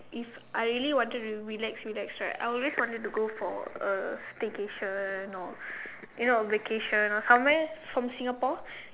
if I really wanted to relax relax right I always wanted to go for a staycation or you know a vacation or somewhere from Singapore